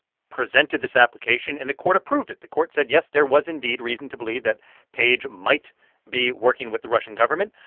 presented this application. and the court approved it. the court said, yes, there was indeed reason to believe that page might be working with the russian government.